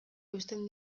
eusten